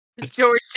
George